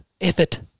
Effort